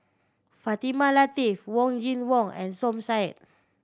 Fatimah Lateef Wong Kin Jong and Som Said